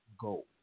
go